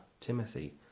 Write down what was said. timothy